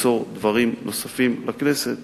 למסור דברים נוספים בכנסת בהמשך.